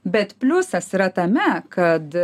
bet pliusas yra tame kad